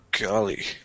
golly